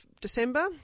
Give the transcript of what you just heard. December